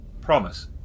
promise